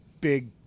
big